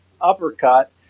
Uppercut